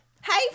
Hey